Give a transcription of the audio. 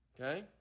Okay